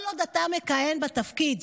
כל עוד אתה מכהן בתפקיד